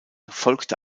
folgte